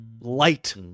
light